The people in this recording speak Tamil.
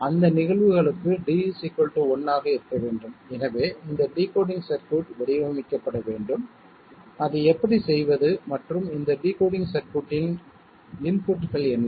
அந்த நிகழ்வுகளுக்கு d 1 ஆக இருக்க வேண்டும் எனவே இந்த டிகோடிங் சர்க்யூட் வடிவமைக்கப்பட வேண்டும் அதை எப்படி செய்வது மற்றும் இந்த டிகோடிங் சர்க்யூட்டின் இன்புட்கள் என்ன